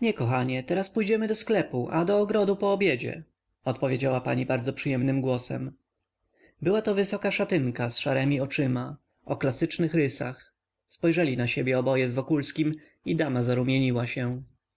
nie kochanie teraz pójdziemy do sklepu a do ogrodu po obiedzie odpowiedziała pani bardzo przyjemnym głosem była to wysoka szatynka z szaremi oczami o klasycznych rysach spojrzeli na siebie oboje z wokulskim i dama zarumieniła się